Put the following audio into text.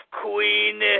Queen